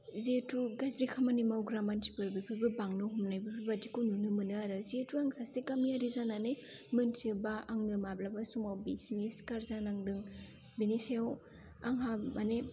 जेहेतु गाज्रि खामानि मावग्रा मानसिफोर बेफोरबो बांनो हमनाय बेफोरबादिखौ नुनो मोनो आरो जेहेतु आं सासे गामियारि जानानै मिन्थियोब्ला आंनो माब्लाबा समाव बिसिनि सिखार जानांदों बिनि सायाव आंहा माने